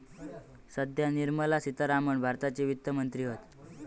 सध्या निर्मला सीतारामण भारताच्या वित्त मंत्री हत